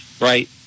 right